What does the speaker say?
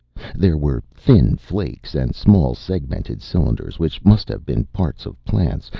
there were thin flakes and small, segmented cylinders which must have been parts of plants.